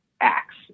acts